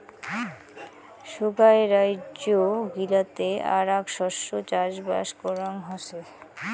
সোগায় রাইজ্য গিলাতে আরাক শস্য চাষবাস করাং হসে